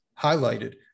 highlighted